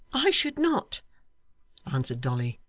i should not answered dolly,